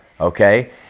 Okay